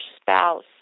spouse